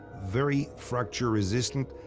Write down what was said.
very fracture-resistant,